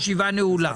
הישיבה נעולה.